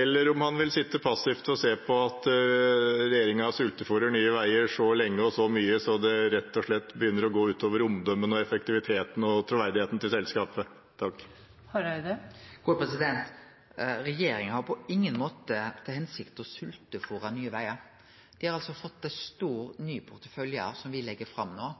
eller om han vil sitte passivt og se på at regjeringen sultefôrer Nye Veier så lenge og så mye at det rett og slett begynner å gå ut over omdømmet, effektiviteten og troverdigheten til selskapet. Regjeringa har på ingen måte til hensikt å sveltefôre Nye Vegar. Dei har fått ein stor ny portefølje som me legg fram nå,